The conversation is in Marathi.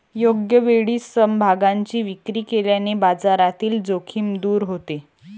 योग्य वेळी समभागांची विक्री केल्याने बाजारातील जोखीम दूर होते